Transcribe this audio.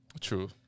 True